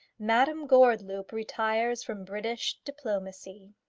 madame gordeloup retires from british diplomacy.